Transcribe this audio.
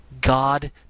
God